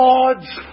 God's